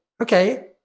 okay